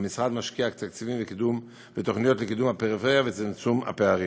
המשרד משקיע תקציבים ותוכניות לקידום הפריפריה ולצמצום הפערים,